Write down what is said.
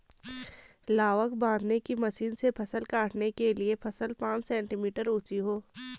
लावक बांधने की मशीन से फसल काटने के लिए फसल पांच सेंटीमीटर ऊंची हो